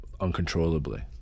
uncontrollably